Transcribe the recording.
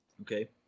Okay